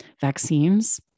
Vaccines